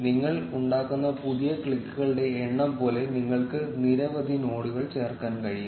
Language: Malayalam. നിങ്ങൾ ഉണ്ടാക്കുന്ന പുതിയ ക്ലിക്കുകളുടെ എണ്ണം പോലെ നിങ്ങൾക്ക് നിരവധി നോഡുകൾ ചേർക്കാൻ കഴിയും